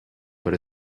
but